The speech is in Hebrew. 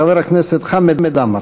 חבר הכנסת חמד עמאר.